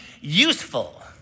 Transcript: useful